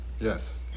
Yes